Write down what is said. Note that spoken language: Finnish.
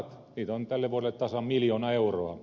niitä on tälle vuodelle tasan miljoona euroa